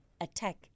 attack